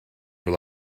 fel